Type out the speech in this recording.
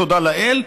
תודה לאל,